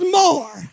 more